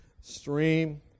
stream